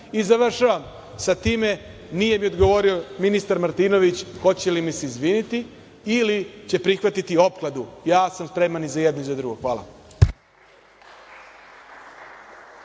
vrati. Završavam sa time. Nije mi odgovorio ministar Martinović hoće li mi se izviniti ili će prihvatiti opkladu, ja sam spreman i za jedno i za drugo. Hvala.